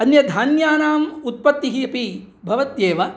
अन्यधान्यानाम् उत्पत्तिः अपि भवत्येव